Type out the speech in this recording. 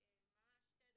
ממש שתי דקות.